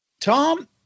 Tom